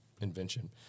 Invention